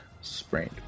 sprained